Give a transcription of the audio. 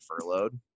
furloughed